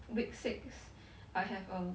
week six I have a